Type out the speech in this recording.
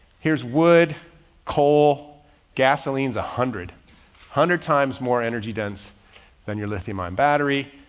here's wood coal gasolines a hundred hundred times more energy dense than your lithium ion battery,